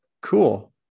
Cool